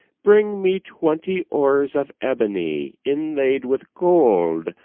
bring me twenty oars of ebony, inlayed with gold,